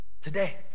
Today